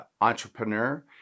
entrepreneur